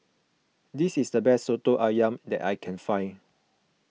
this is the best Soto Ayam that I can find